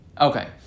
okay